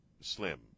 slim